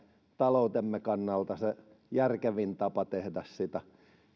taloutemme kannalta se järkevin tapa tehdä sitä jos